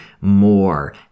more